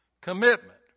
commitment